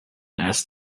asked